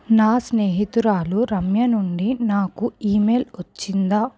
నా స్నేహితురాలు రమ్య నుండి నాకు ఈమెయిల్ వచ్చిందా